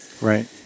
Right